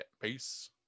peace